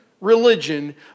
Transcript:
religion